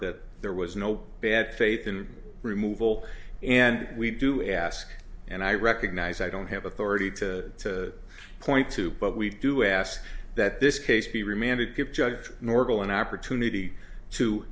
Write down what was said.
that there was no bad faith in removal and we do ask and i recognize i don't have authority to point to but we do ask that this case be remanded give judge norval an opportunity to